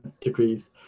degrees